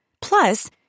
Plus